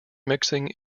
mixing